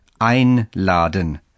einladen